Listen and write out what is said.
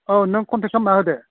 औ नों कन्टेक खालामना होदो